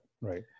right